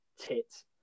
Tit